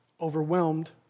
overwhelmed